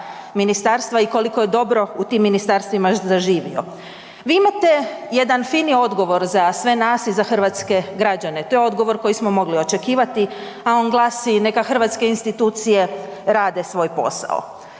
i koliko je dobro u tim ministarstvima zaživio. Vi imate jedan fini odgovor za sve nas i za hrvatske građane, to je odgovor koji smo mogli očekivati, a on glasi „neka hrvatske institucije rade svoj posao“.